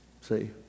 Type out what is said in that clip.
See